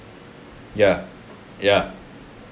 ya ya